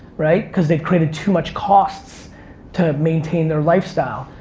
right? cause they've created too much costs to maintain their lifestyle.